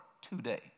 today